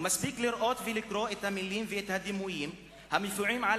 ומספיק לראות ולקרוא את המלים ואת הדימויים המופיעים על